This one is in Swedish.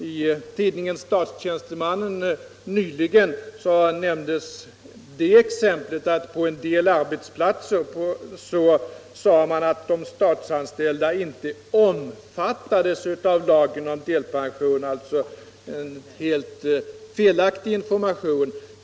I tidningen Statstjänstemannen nämndes nyligen det exemplet att man på en del arbetsplatser sade att de statsansätlida inte omfattades av lagen om delpension; alltså en helt felaktig information.